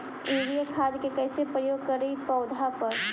Urea खाद के कैसे प्रयोग करि पौधा पर?